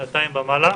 שנתיים ומעלה,